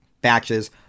batches